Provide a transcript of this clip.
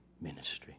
ministry